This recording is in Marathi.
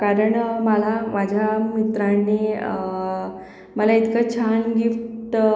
कारण मला माझ्या मित्रांनी मला इतकं छान गिफ्टं